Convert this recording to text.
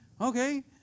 Okay